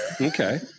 Okay